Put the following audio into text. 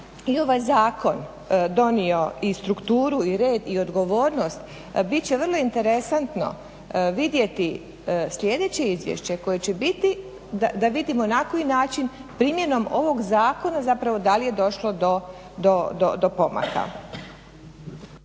i ovaj zakon donio i strukturu i red i odgovornost, bit će vrlo interesantno vidjeti sljedeće izvješće koje će biti da vidimo na koji način primjenom ovog zakona zapravo da li je došlo do pomaka.